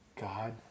God